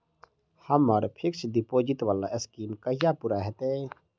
हम्मर fixed deposit वला scheme कहिया पूरा हैत?